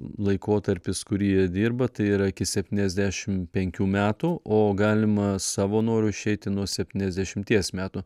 laikotarpis kurį jie dirba tai yra iki septyniasdešim penkių metų o galima savo noru išeiti nuo septyniasdešimties metų